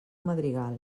madrigal